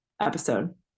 episode